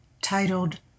titled